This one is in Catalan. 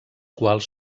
quals